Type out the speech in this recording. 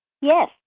Yes